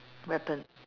weapon